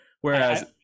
Whereas